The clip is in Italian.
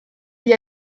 gli